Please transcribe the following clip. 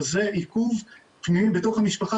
וזה עיכוב פנימי בתוך המשפחה,